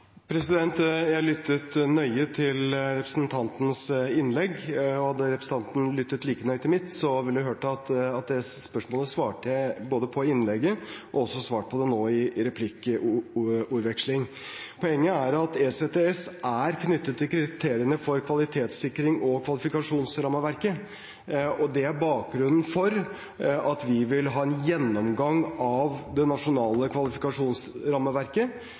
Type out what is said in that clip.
Jeg lyttet nøye til representantens innlegg, og hadde representanten lyttet like nøye til mitt, ville hun hørt at det spørsmålet svarte jeg på i innlegget, og jeg har også svart på det nå i replikkordvekslingen. Poenget er at ECTS er knyttet til kriteriene for kvalitetssikring og kvalifikasjonsrammeverket, og det er bakgrunnen for at vi vil ha en gjennomgang av det nasjonale kvalifikasjonsrammeverket.